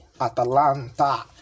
Atalanta